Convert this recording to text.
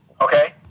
okay